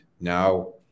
now